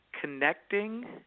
connecting